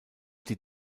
die